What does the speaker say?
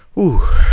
ooh.